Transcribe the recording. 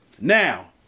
Now